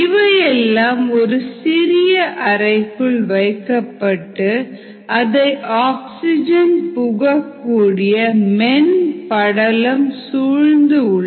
இவையெல்லாம் ஒரு சிறிய அறைக்குள் வைக்கப்பட்டு அதை ஆக்சிஜன் புகக் கூடிய மென் படலம் சூழ்ந்து உள்ளது